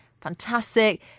fantastic